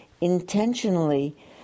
intentionally